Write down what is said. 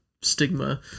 stigma